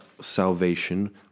salvation